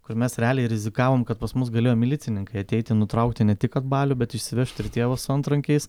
kur mes realiai rizikavom kad pas mus galėjo milicininkai ateiti nutraukti ne tik kad balių bet išsivežti ir tėvus su antrankiais